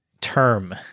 term